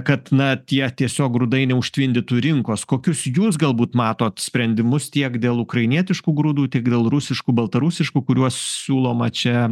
kad na tie tiesiog grūdai neužtvindytų rinkos kokius jūs galbūt matot sprendimus tiek dėl ukrainietiškų grūdų tiek dėl rusiškų baltarusiškų kuriuos siūloma čia